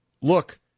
look